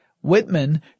Whitman